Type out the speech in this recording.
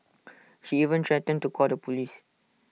she even threatened to call the Police